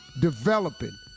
developing